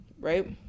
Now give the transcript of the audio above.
right